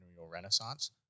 renaissance